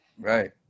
Right